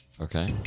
Okay